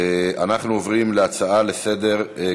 אנחנו עוברים להצעות לסדר-היום בנושא: